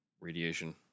radiation